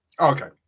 Okay